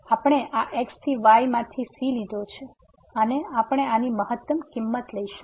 તેથી આપણે આ x થી y માથી c લીધો છે અને આપણે આની મહત્તમ કિંમત લઈશું